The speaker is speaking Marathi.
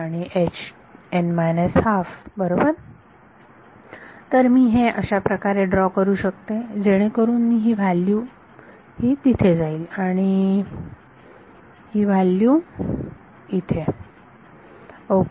बरोबर तर मी हे अशा प्रकारे ड्रॉ करू शकते जेणेकरून ही व्हॅल्यू तिथे जाईल आणि ही व्हॅल्यू तिथे ओके